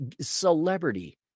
celebrity